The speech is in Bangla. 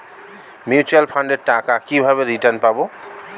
মিউচুয়াল ফান্ডের টাকা কিভাবে রিটার্ন পাব?